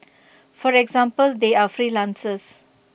for example they are freelancers